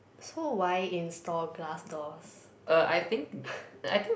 so why install glass doors